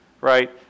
right